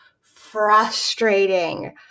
frustrating